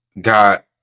got